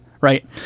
right